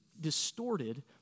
distorted